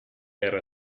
era